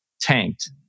tanked